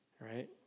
right